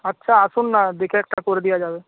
আচ্ছা আসুন না দেখে একটা করে দেওয়া যাবে